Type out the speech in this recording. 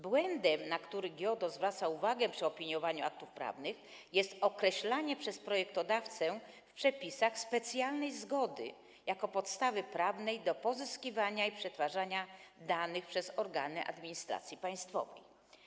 Błędem, na który GIODO zwraca uwagę przy opiniowaniu aktów prawnych, jest określanie przez projektodawcę w przepisach specjalnej zgody jako podstawy prawnej do pozyskiwania i przetwarzania danych przez organy administracji państwowej.